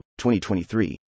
2023